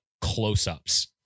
close-ups